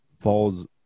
falls